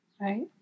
right